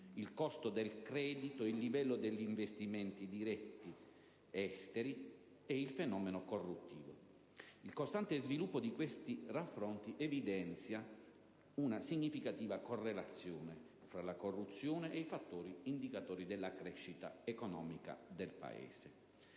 il costo del credito, il livello degli investimenti diretti esteri e il fenomeno corruttivo. Il costante sviluppo di questi raffronti evidenzia una significativa correlazione fra la corruzione ed i fattori indicatori della crescita economica del Paese.